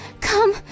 come